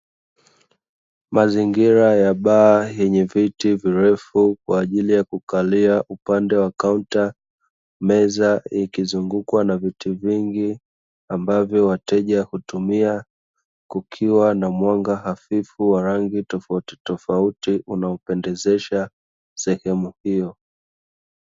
Mazingira ya baa yenye viti virefu kwa ajili ya kukalia upande wa kaunta meza ikizungukwa na viti vingi ambavyo wateja hukumia, kukiwa na mwanga hafifu wa rangi tofauti tofauti unaopendezesha sehemu hiyo.